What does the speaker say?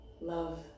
Love